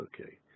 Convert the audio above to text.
okay